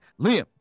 Liam